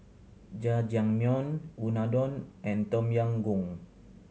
Jajangmyeon Unadon and Tom Yam Goong